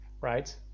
Right